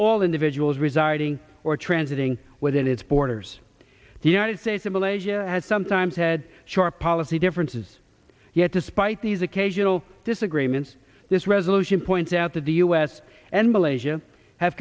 all individuals residing or transiting within its borders the united states of alasia has sometimes had sharp alesi differences yet despite these occasional disagreements this resolution points out that the u s and malaysia ha